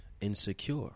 insecure